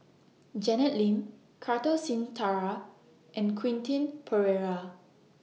Janet Lim Kartar Singh Thakral and Quentin Pereira